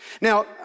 Now